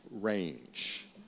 range